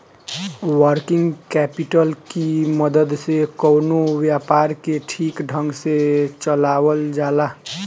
working capital की मदद से कवनो व्यापार के ठीक ढंग से चलावल जाला